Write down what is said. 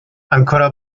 ancora